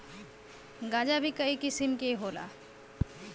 गांजा भीं कई किसिम के होला